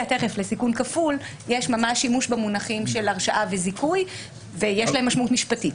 לסיכון כפול יש ממש שימוש במונחים של הרשעה וזיכוי ויש להם משמעות משפטית.